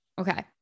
Okay